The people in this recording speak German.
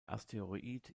asteroid